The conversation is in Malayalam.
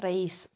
റെയ്സ്